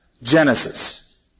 Genesis